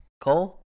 Cole